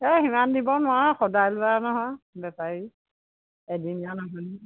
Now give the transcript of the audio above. এই সিমান দিব নোৱাৰোঁ সদায় লোৱা নহয় বেপাৰী এদিনীয়া নহয় নহয়